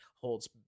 holds